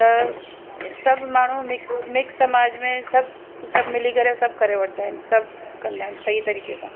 पर सभु माण्हू मिक्स मिक्स समाज में सभु सभु मिली करे सभु करे वठंदा आहिनि सभु कंदा आहिनि सही तरीक़े सां